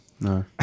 No